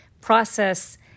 process